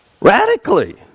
Radically